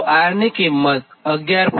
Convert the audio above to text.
તોR ની કિંમત 11